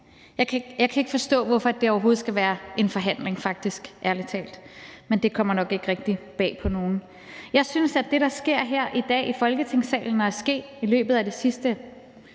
ærlig talt ikke forstå, hvorfor det overhovedet skal være en forhandling, men det kommer nok ikke rigtig bag på nogen. Jeg synes, at det, der sker her i dag i Folketingssalen og er sket i løbet af de sidste